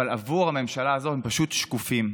אבל עבור הממשלה הזאת הם פשוט שקופים.